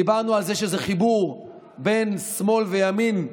דיברנו על זה שזה חיבור בין שמאל לימין,